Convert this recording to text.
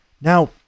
Now